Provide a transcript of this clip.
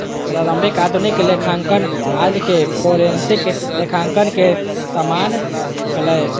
प्रारंभिक आधुनिक लेखांकन आज के फोरेंसिक लेखांकन के समान हलय